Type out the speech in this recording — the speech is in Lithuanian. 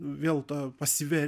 vėl ta pasyvia